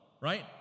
right